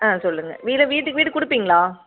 ஆ சொல்லுங்கள் இல்லை வீட்டுக்கு வீடு கொடுப்பீங்களா